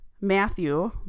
Matthew